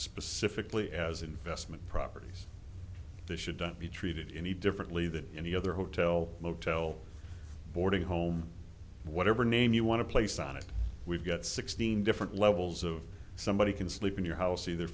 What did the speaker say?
specifically as investment properties this shouldn't be treated any differently than any other hotel motel boarding home whatever name you want to place on it we've got sixteen different levels of somebody can sleep in your house either